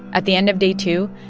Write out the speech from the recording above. at the end of day two,